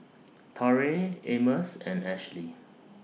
Torrey Amos and Ashlie